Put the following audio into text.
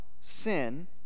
sin